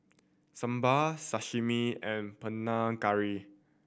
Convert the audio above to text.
Sambar Sashimi and Panang Curry